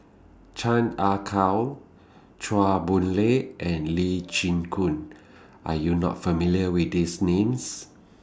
Chan Ah Kow Chua Boon Lay and Lee Chin Koon Are YOU not familiar with These Names